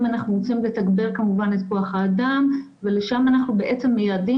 אנחנו צריכים לתגבר את כוח האדם ולשם אנחנו מייעדים